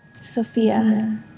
Sophia